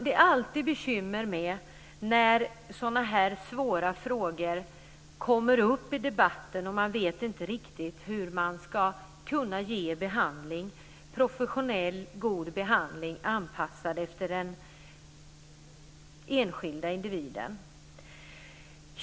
Det är alltid ett bekymmer när sådana här svåra frågor kommer upp i debatten och man inte riktigt vet hur man skall kunna ge en professionellt god behandling anpassad efter den enskilda individen.